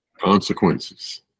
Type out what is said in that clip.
Consequences